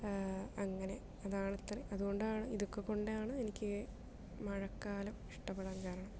അങ്ങനെ അതാണിത്ര അതുകൊണ്ടാണ് ഇതൊക്കെക്കൊണ്ടാണ് എനിക്ക് മഴക്കാലം ഇഷ്ടപ്പെടാൻ കാരണം